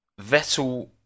Vettel